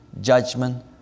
judgment